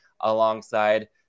alongside